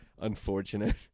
unfortunate